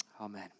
Amen